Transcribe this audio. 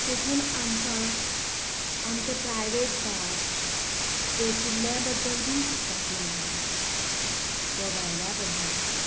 तातूंत आमकां आमचे प्रायवेट पार्ट्स तेतूंतल्या बद्दल बीन शिकपाक मेळटालें दोगांयल्या बद्दल